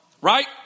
Right